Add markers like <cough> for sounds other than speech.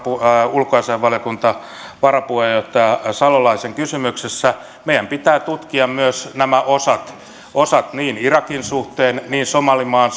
ulkoasiainvaliokunnan varapuheenjohtaja salolaisen kysymyksessä meidän pitää tutkia myös nämä osat osat niin irakin suhteen somalimaan <unintelligible>